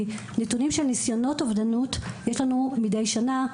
כי נתונים של ניסיונות אובדנות, יש לנו מדי שנה.